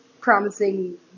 promising